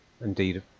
indeed